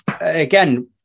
Again